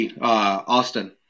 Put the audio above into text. Austin